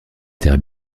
terres